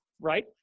right